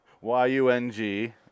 Y-U-N-G